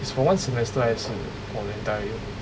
is for one semester 还是 for the entire year